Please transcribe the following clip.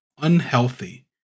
unhealthy